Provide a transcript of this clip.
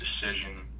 decision